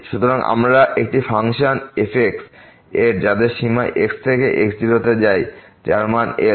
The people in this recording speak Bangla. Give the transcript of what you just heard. সুতরাং আমরা একটি ফাংশন f এর যাদের সীমা x থেকে এই x0 তে যায় যার মান L